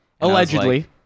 allegedly